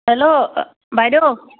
hello বাইদেউ